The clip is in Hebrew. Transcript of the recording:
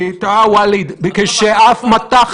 וכשאנחנו מדברים